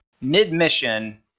mid-mission